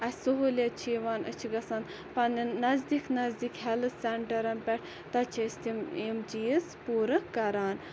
اَسہِ سُہوٗلِیَت چھِ یِوان أسۍ چھِ گَژھان پنٮ۪ن نَزدیٖکھ نَزدیٖکھ ہیٚلِتھ سیٚنٹرَن پیٚٹھ تَتہِ چھِ أسۍ تِم یِم چیٖز پوٗرٕ کَران